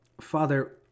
Father